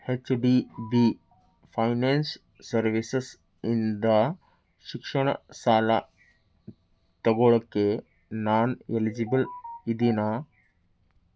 H D B finance services ಇಂದ ಶಿಕ್ಷಣ ಸಾಲ ತೊಗೋಳಕ್ಕೆ ನಾನ್ ಎಲಿಜಿಬಲ್ ಇದೀನಾ